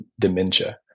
dementia